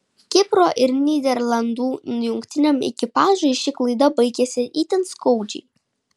kipro ir nyderlandų jungtiniam ekipažui ši klaida baigėsi itin skaudžiai